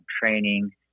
training